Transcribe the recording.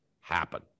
happen